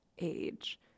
age